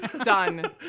Done